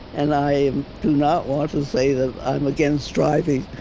and i do not want to say that i'm against driving,